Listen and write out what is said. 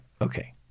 Okay